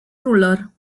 ruler